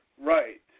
right